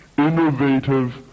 Innovative